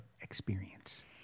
Experience